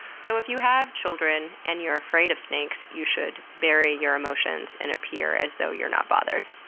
so if you have children and you're afraid of snakes you should bury your emotions and appear as though you're not bothered.